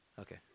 Okay